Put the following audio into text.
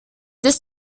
this